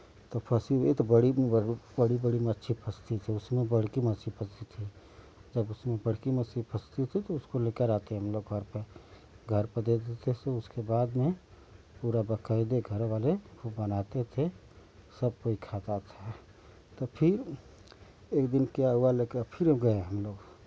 तो फंसी भी तो बड़ी बड़ी बड़ी मच्छी फंसती थी उसमें बड़की फंसती थी जब उसमें बड़की मच्छी फंसती थी तो उसको लेकर आते हम लोग घर पे घर पर देते थे सो उसके बाद में पूरा बकायदे घरवाले वो बनाते थे सब कोई खाता था तो फिर एक दिन क्या हुआ लेकर फिर गए हम लोग